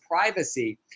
privacy